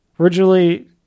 Originally